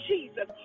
Jesus